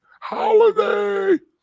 Holiday